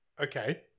Okay